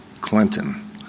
Clinton